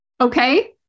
Okay